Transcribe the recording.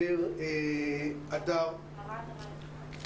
מבחינתנו, ואני מדברת בשם קדימה מדע, אנחנו